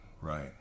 Right